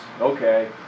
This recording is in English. okay